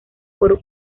por